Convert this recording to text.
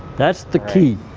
that's the key,